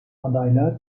adaylar